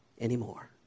anymore